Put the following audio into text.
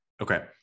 Okay